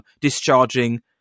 discharging